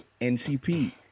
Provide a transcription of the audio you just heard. NCP